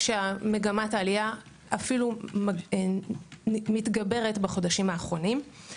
כשמגמת העלייה מתגברת אפילו בחודשים האחרונים.